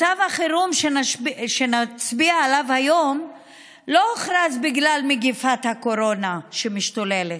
מצב החירום שנצביע עליו היום לא הוכרז בגלל מגפת הקורונה שמשתוללת,